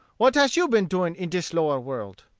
what hash you been doin in dis lower world?